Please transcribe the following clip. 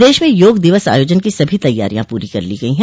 प्रदेश में योग दिवस आयोजन की सभी तैयारियां पूरी कर ली गयी हैं